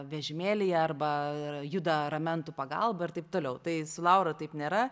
vežimėlyje arba juda ramentų pagalba ir taip toliau tai su laura taip nėra